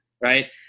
right